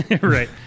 Right